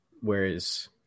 whereas